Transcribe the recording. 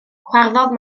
chwarddodd